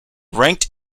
ranked